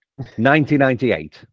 1998